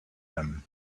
them